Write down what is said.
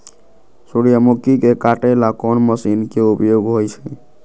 सूर्यमुखी के काटे ला कोंन मशीन के उपयोग होई छइ?